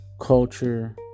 culture